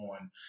on